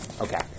Okay